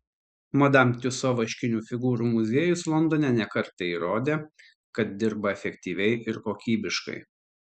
madam tiuso vaškinių figūrų muziejus londone ne kartą įrodė kad dirba efektyviai ir kokybiškai